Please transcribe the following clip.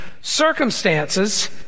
circumstances